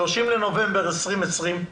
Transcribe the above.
30 בנובמבר 2020,